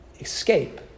escape